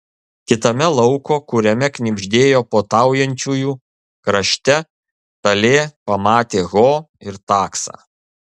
kitame lauko kuriame knibždėjo puotaujančiųjų krašte talė pamatė ho ir taksą